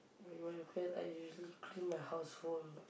in my weekends I usually clean my household